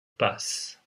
passe